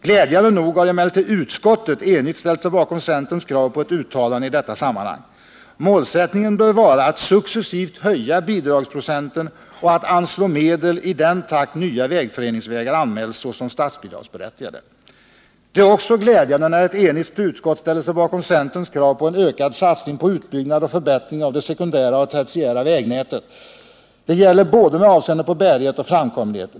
Glädjande nog har emellertid utskottet enigt ställt sig bakom centerns krav på ett uttalande i detta sammanhang. Målsättningen bör vara att successivt höja bidragsprocenten och att anslå medel i den takt nya vägföreningsvägar anmäls såsom statsbidragsberättigade. Det är också glädjande när ett enigt utskott ställer sig bakom centerns krav på en ökad satsning på utbyggnad och förbättring av det sekundära och tertiära vägnätet. Det gäller både med avseende på bärighet och framkomlighet.